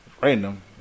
random